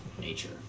nature